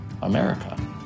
America